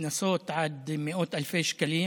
קנסות עד מאות אלפי שקלים.